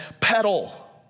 Pedal